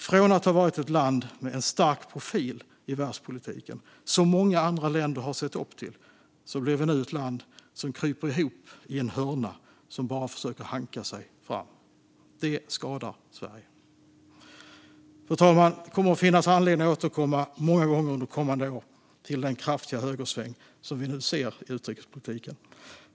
Från att ha varit ett land med en stark profil i världspolitiken, som många andra länder har sett upp till, blir vi nu ett land som kryper ihop i en hörna och som bara försöker hanka sig fram. Det skadar Sverige. Fru talman! Det kommer att finnas anledning att återkomma många gånger under kommande år till den kraftiga högersväng som vi nu ser i utrikespolitiken.